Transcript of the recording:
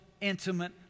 intimate